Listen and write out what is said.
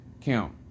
count